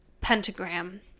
pentagram